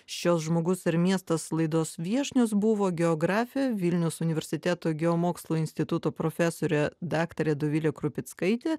šios žmogus ir miestas laidos viešnios buvo geografė vilniaus universiteto geomokslų instituto profesorė daktarė dovilė krupickaitė